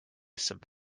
some